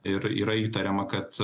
ir yra įtariama kad